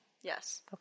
Yes